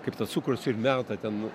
kaip tą cukrus ir meta ten